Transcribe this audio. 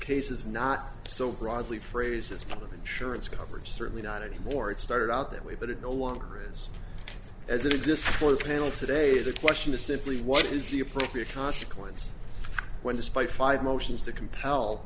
case is not so broadly phrases insurance coverage certainly not any more it started out that way but it no longer as as exists for the panel today the question is simply what is the appropriate consequence when despite five motions to compel